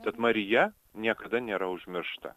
tad marija niekada nėra užmiršta